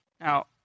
Now